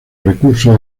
recursos